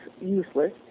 useless